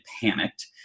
panicked